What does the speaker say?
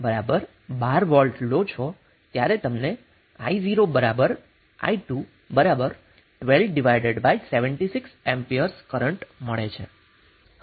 હવે જ્યારે તમે vs 12 V લો છો ત્યારે તમને I0 i2 1276A મળે છે